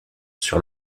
sur